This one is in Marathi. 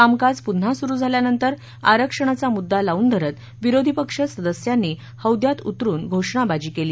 कामकाज पुन्हा सुरु झाल्यानंतर आरक्षणाचा मुद्दा लाऊन धरत विरोधीपक्ष सदस्यांनी हौद्यात उतरुन घोषणाबाजी केली